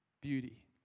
beauty